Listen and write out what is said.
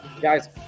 Guys